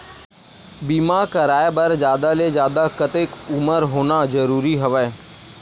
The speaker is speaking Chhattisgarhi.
बीमा कराय बर जादा ले जादा कतेक उमर होना जरूरी हवय?